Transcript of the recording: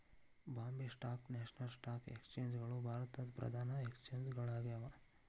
Bombay stock national stock exchange ಗಳು ಭಾರತದ್ ಪ್ರಧಾನ ಎಕ್ಸ್ಚೇಂಜ್ ಗಳಾಗ್ಯಾವ